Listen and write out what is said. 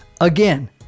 Again